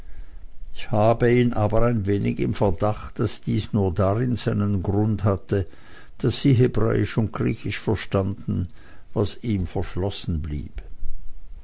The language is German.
ich habe ihn aber ein wenig im verdacht daß dies nur darin seinen grund hatte daß sie hebräisch und griechisch verstanden was ihm verschlossen blieb